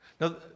Now